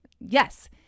Yes